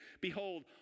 Behold